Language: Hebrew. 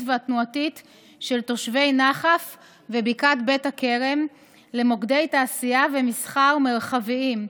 והתנועתית של תושבי נחף ובקעת בית הכרם למוקדי תעשייה ומסחר מרחביים,